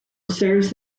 serves